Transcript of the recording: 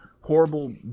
horrible